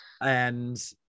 And-